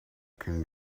can